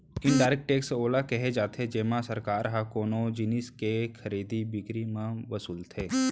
indirect tax ओला केहे जाथे जेमा सरकार ह कोनो जिनिस के खरीदी बिकरी म वसूलथे